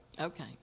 Okay